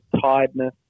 tiredness